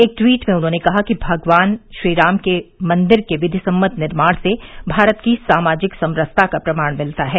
एक ट्वीट में उन्होंने कहा कि भगवान राम के मंदिर के विधि सम्मत निर्माण से भारत की सामाजिक समरसता का प्रमाण मिलता है